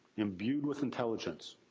imbued with intelligence.